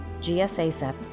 GSASEP